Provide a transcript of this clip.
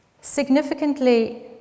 Significantly